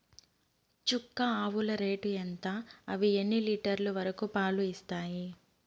చుక్క ఆవుల రేటు ఎంత? అవి ఎన్ని లీటర్లు వరకు పాలు ఇస్తాయి?